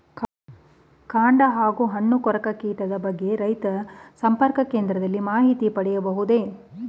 ಕಾಂಡ ಹಾಗೂ ಹಣ್ಣು ಕೊರಕ ಕೀಟದ ಬಗ್ಗೆ ರೈತ ಸಂಪರ್ಕ ಕೇಂದ್ರದಲ್ಲಿ ಮಾಹಿತಿ ಪಡೆಯಬಹುದೇ?